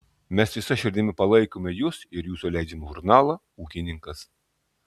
mes visa širdimi palaikome jus ir jūsų leidžiamą žurnalą ūkininkas